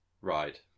ride